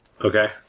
Okay